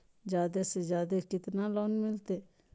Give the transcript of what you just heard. जादे से जादे कितना लोन मिलते?